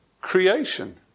creation